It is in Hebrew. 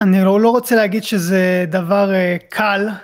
אני לא רוצה להגיד שזה דבר קל.